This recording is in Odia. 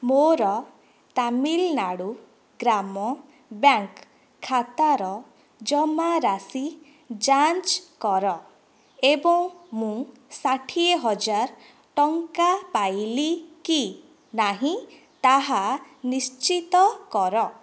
ମୋର ତାମିଲନାଡ଼ୁ ଗ୍ରାମ ବ୍ୟାଙ୍କ ଖାତାର ଜମାରାଶି ଯାଞ୍ଚ କର ଏବଂ ମୁଁ ଷାଠିଏ ହଜାର ଟଙ୍କା ପାଇଲି କି ନାହିଁ ତାହା ନିଶ୍ଚିତ କର